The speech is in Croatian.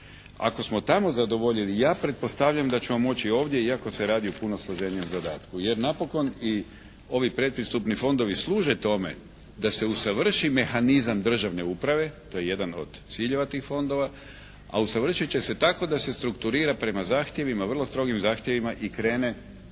Ako smo tamo zadovoljili, ja pretpostavljam da ćemo moći i ovdje iako se radi o puno složenijem zadatku jer napokon i ovi predpristupni fondovi služe tome da se usavrši mehanizam državne uprave, to je jedan od ciljeva tih fondova. A usavršit će se tako da se strukturira prema zahtjevima, vrlo strogim zahtjevima i krene u taj